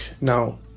Now